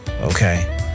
Okay